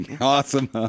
Awesome